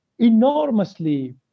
enormously